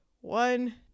one